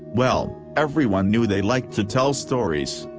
well, everyone knew they liked to tell stories.